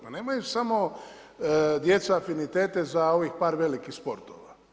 Pa nemaju samo djeca afinitete, za ovih par velikih sportova.